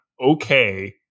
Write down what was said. okay